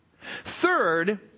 Third